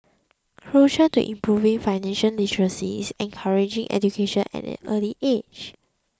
crucial to improving financial literacy is encouraging education at an early age